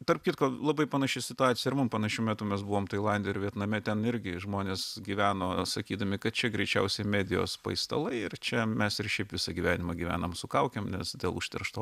tarp kitko labai panaši situacija ir mum panašiu metu mes buvom tailande ir vietname ten irgi žmonės gyveno sakydami kad čia greičiausiai medijos paistalai ir čia mes ir šiaip visą gyvenimą gyvenam su kaukėm nes dėl užteršto